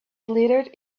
glittered